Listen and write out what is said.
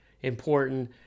important